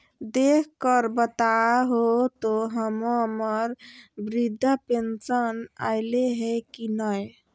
देख कर बताहो तो, हम्मर बृद्धा पेंसन आयले है की नय?